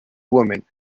woman